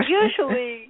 usually